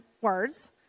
words